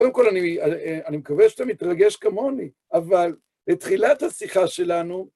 קודם כל אני מקווה שאתה מתרגש כמוני, אבל את תחילת השיחה שלנו...